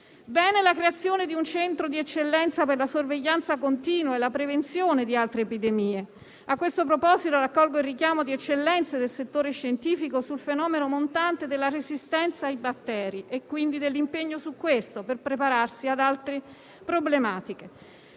Bene la creazione di un centro di eccellenza per la sorveglianza continua e la prevenzione di altre epidemie. A questo proposito, raccolgo il richiamo di eccellenze del settore scientifico sul fenomeno montante della resistenza ai batteri e, quindi, dell'impegno su questo per prepararsi ad altre problematiche.